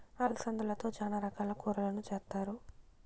అలసందలతో చానా రకాల కూరలను చేస్తారు